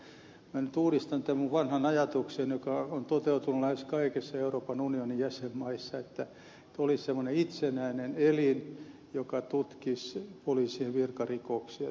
minä nyt uudistan tämän minun vanhan ajatukseni joka on toteutunut lähes kaikissa euroopan unionin jäsenmaissa että tulisi semmoinen itsenäinen elin joka tutkisi poliisien virkarikoksia